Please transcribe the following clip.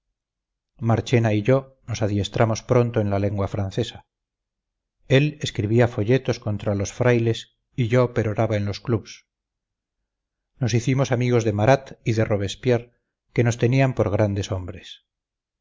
marchena y yo nos adiestramos pronto en la lengua francesa él escribía folletos contra los frailes y yo peroraba en los clubs nos hicimos amigos de marat y de robespierre que nos tenían por grandes hombres